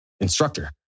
instructor